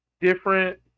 different